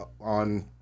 on